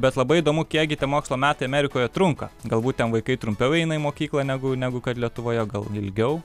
bet labai įdomu kiek gi tie mokslo metai amerikoje trunka galbūt ten vaikai trumpiau eina į mokyklą negu negu kad lietuvoje gal ilgiau